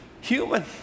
human